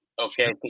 Okay